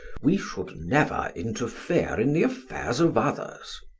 we should never interfere in the affairs of others.